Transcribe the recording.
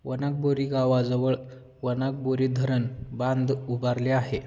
वनाकबोरी गावाजवळ वनाकबोरी धरण बांध उभारले आहे